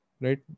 right